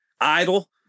idle